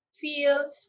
feel